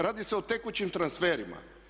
Radi se o tekućim transferima.